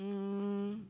um